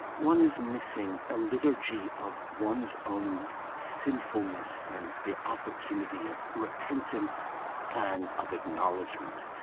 one is missing a liturgy of one's own sinfulness and the opportunity of repentance and of acknowledgment.